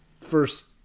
first